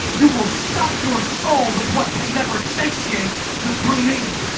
you will stuff your soul with what can never satiate the true need.